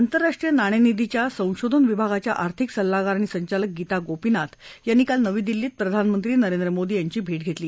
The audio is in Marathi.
आंतरराष्ट्रीय नाणेनिधीच्या संशोधन विभागाच्या आर्थिक सल्लागार आणि संचालक गीता गोपीनाथ यांनी काल नवी दिल्लीत प्रधानमंत्री नरेंद्र मोदी यांची भेट घेतली